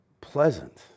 pleasant